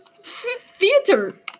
Theater